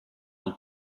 und